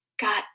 got